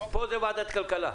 פה זה ועדת כלכלה.